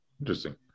interesting